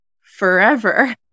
forever